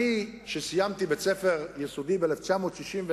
אישית: כשסיימתי בית-ספר יסודי ב-1961,